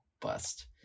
bust